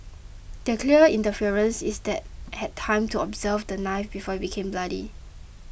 the clear interference is that had time to observe the knife before it became bloody